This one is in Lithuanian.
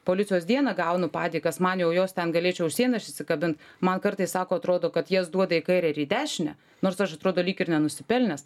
policijos dieną gaunu padėkas man jau jos ten galėčiau sienas išsikabint man kartais sako atrodo kad jas duoda į kairę ir į dešinę nors aš atrodo lyg ir nenusipelnęs